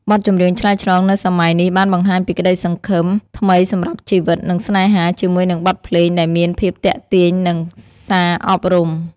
បទចម្រៀងឆ្លើយឆ្លងនៅសម័យនេះបានបង្ហាញពីក្តីសង្ឃឹមថ្មីសម្រាប់ជីវិតនិងស្នេហា ជាមួយនឹងបទភ្លេងដែលមានភាពទាក់ទាញនិងសារអប់រំ។